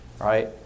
right